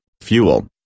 fuel